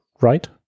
Right